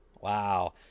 wow